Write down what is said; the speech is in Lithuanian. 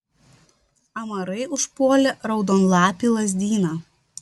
amarai užpuolė raudonlapį lazdyną